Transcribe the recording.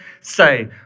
say